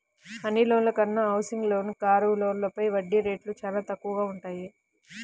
అన్ని లోన్ల కన్నా హౌసింగ్ లోన్లు, కారు లోన్లపైన వడ్డీ రేట్లు చానా తక్కువగా వుంటయ్యి